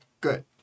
good